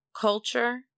culture